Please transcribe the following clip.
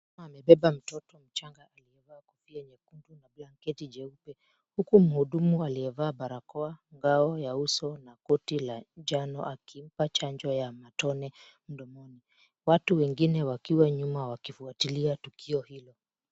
Mama amebeba mtoto mchanga aliyevaa kofia nyekundu na blanketi jeupe. Huku mhudumu aliyevaa barakoa ngao ya uso na koti la njano akimpa chanjo ya matone mdomoni. Watu wengine wakiwa nyuma wakifuatilia tukio hilo.